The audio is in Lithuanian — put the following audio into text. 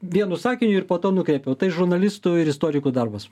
vienu sakiniu ir po to nukreipiau tai žurnalistų ir istorikų darbas